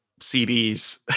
cds